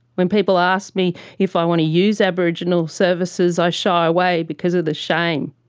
when people ask me if i want to use aboriginal services i shy away because of the shame.